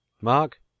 Mark